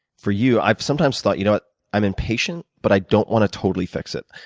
for you, i've sometimes thought you know thought i'm impatient but i don't want to totally fix it.